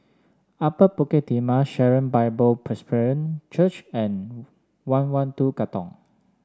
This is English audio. Upper Bukit Timah Sharon Bible Presbyterian Church and one one two Katong